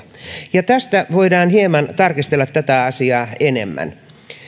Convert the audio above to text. ja tästä voidaan hieman tarkistella tätä asiaa enemmän